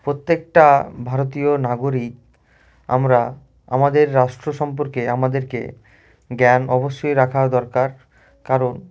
প্রত্যেকটা ভারতীয় নাগরিক আমরা আমাদের রাষ্ট্র সম্পর্কে আমাদেরকে জ্ঞান অবশ্যই রাখা দরকার কারণ